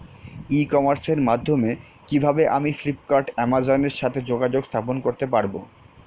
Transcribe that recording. ই কমার্সের মাধ্যমে কিভাবে আমি ফ্লিপকার্ট অ্যামাজন এর সাথে যোগাযোগ স্থাপন করতে পারব?